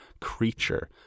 creature